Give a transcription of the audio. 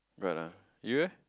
got ah you eh